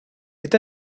est